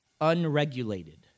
unregulated